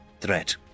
threat